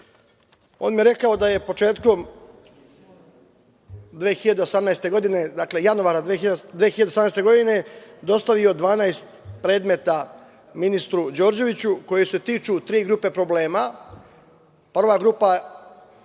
On mi je rekao da je početkom 2018. godine, dakle januara 2018. godine dostavio 12 predmeta ministru Đorđeviću koje se tiču tri grupe problema. Prva grupa se